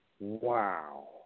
Wow